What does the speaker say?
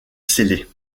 célé